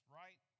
right